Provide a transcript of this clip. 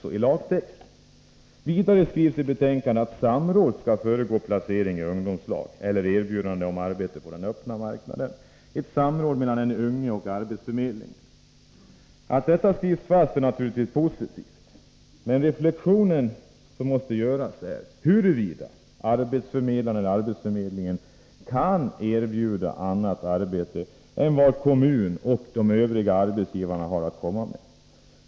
För det andra skrivs i betänkandet att ett samråd mellan den unge och arbetsförmedlingen skall föregå placering i ungdomslag eller erbjudande om arbete på den öppna marknaden. Att detta slås fast är naturligtvis positivt, men den reflexion som måste göras är huruvida arbetsförmedlingen kan erbjuda annat arbete än vad kommunen och de övriga arbetsgivarna har att komma med.